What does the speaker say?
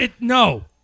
No